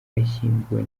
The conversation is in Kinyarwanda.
yashyinguwe